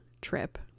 trip